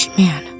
man